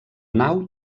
nau